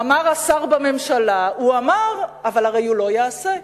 אמר השר בממשלה: הוא אמר, אבל הרי הוא לא יעשה.